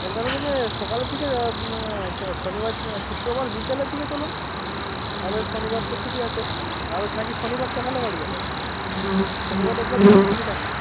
কলকাতা থেকে সকালের দিকে শনিবার শুক্রবার বিকেলের দিকে চলুন তবে শনিবার তো ছুটি আছে নাহলে নাকি শনিবার সকালে বাড়ি যাবেন শনিবার রোববার দু দিন ছুটি থাকছে